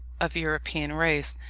of european race,